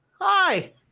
hi